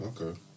Okay